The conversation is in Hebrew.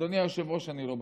אדוני היושב-ראש, אני לא בטוח.